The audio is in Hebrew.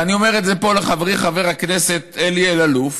ואני אומר את זה פה לחברי חבר הכנסת אלי אלאלוף,